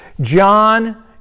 John